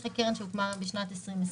יש קרן שהוקמה רק בשנת 2020,